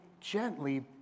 gently